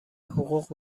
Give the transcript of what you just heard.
حقوق